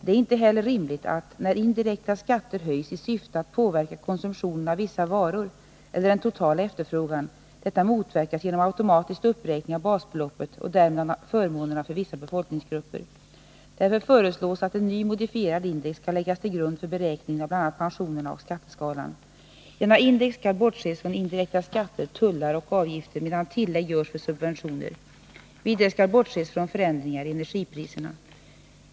Det är inte heller rimligt att, när indirekta skatter höjs i syfte att påverka konsumtionen av vissa varor eller den totala efterfrågan, detta motverkas genom automatisk uppräkning av basbeloppet och därmed av förmånerna för vissa befolkningsgrupper. Därför föreslås att en ny modifierad index skall läggas till grund för beräkningen av bl.a. pensionerna och skatteskalan. I denna index skall bortses från indirekta skatter, tullar och avgifter medan tillägg görs för subventioner. Vidare skall bortses från förändringar i energipriserna.